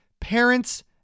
parents